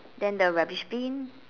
then the rubbish bin